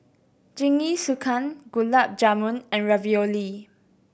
Jingisukan Gulab Jamun and Ravioli